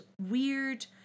weird